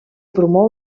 promou